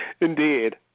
Indeed